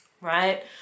Right